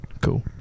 Cool